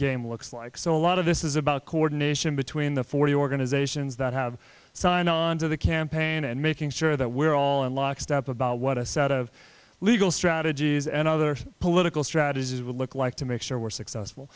game looks like so a lot of this is about coordination between the forty organizations that have signed on to the campaign and making sure that we're all in lockstep about what a set of legal strategies and other political strategies would look like to make sure we're successful